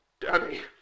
Danny